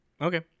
Okay